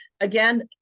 again